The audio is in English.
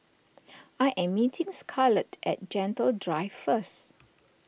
I am meeting Scarlett at Gentle Drive first